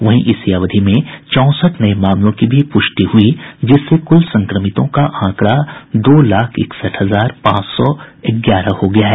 वहीं इसी अवधि में चौंसठ नये मामलों की भी पुष्टि हुई जिससे कुल संक्रमितों का आंकड़ा दो लाख इकसठ हजार पांच सौ ग्यारह हो गया है